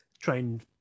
trained